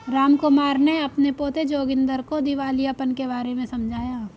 रामकुमार ने अपने पोते जोगिंदर को दिवालियापन के बारे में समझाया